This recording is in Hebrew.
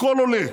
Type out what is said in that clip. הכול עולה,